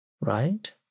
Right